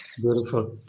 beautiful